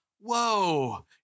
whoa